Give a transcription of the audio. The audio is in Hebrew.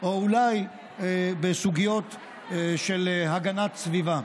או אולי בסוגיות של הגנת סביבה.